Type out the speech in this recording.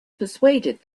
persuaded